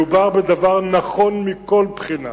מדובר בדבר נכון מכל בחינה,